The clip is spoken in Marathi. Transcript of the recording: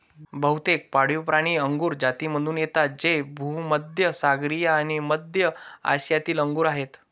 बहुतेक पाळीवप्राणी अंगुर जातीमधून येतात जे भूमध्य सागरीय आणि मध्य आशियातील अंगूर आहेत